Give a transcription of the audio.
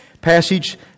passage